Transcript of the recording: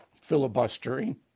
filibustering